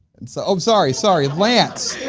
and so i'm sorry, sorry, lance!